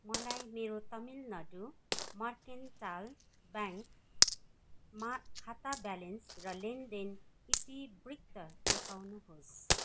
मलाई मेरो तमिलनाडु मर्केन्टाइल ब्याङ्कमा खाता ब्यालेन्स र लेनदेन इतिवृत्त देखाउनुहोस्